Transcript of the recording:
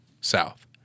south